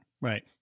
right